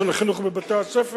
של החינוך בבתי-הספר?